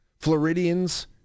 Floridians